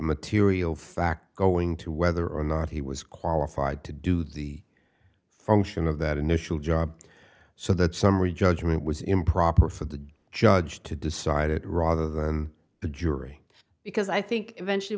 material fact going to whether or not he was qualified to do the function of that initial job so that summary judgment was improper for the judge to decide it rather than the jury because i think eventually